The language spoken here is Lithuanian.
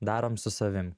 darom su savim